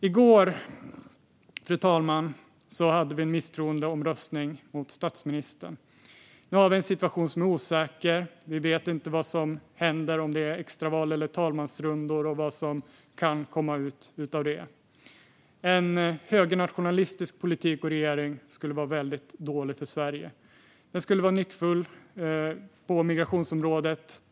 I går, fru talman, hade vi en misstroendeomröstning mot statsministern. Nu har vi en situation som är osäker. Vi vet inte vad som händer, om det blir extra val eller talmansrundor, och vad som kan komma ut av detta. En högernationalistisk politik och regering skulle vara väldigt dålig för Sverige. Den skulle vara nyckfull på migrationsområdet.